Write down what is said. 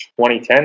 2010